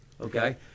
Okay